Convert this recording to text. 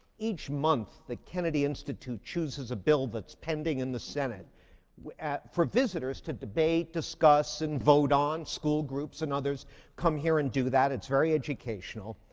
each month, the kennedy institute chooses a bill that's pending in the senate for visitors to debate, discuss, and vote on. school groups and others come here and do that. it's very educational.